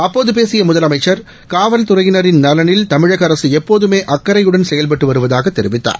அப்போது பேசிய முதலமைச்சர் காவல் துறையினரின் நலனில் தமிழக அரசு எப்போதமே அக்கறையுடன் செயல்பட்டு வருவதாக தெரிவித்தார்